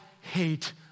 hate